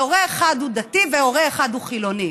שהורה אחד הוא דתי והורה אחד הוא חילוני.